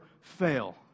fail